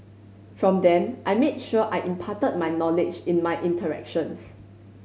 from then I made sure I imparted my knowledge in my interactions